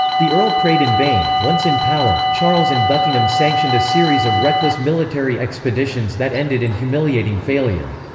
the earl prayed in vain once in power, charles and buckingham sanctioned a series of reckless military expeditions that ended in humiliating failure.